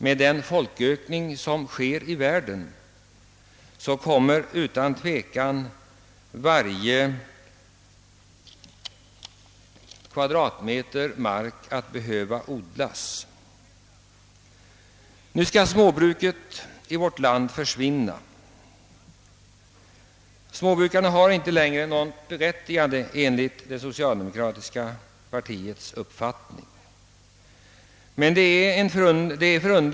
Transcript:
Med den folkökning som nu pågår i världen blir det nödvändigt att odla varje kvadratmeter mark. Nu skall småbruket här i landet försvinna. Enligt socialdemokratiska partiets uppfattning har småbrukarna inte längre något berättigande.